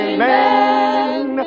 Amen